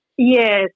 Yes